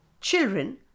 Children